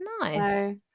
nice